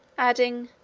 adding,